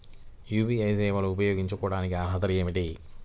UPI సేవలు ఉపయోగించుకోటానికి అర్హతలు ఏమిటీ?